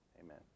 Amen